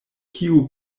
kiu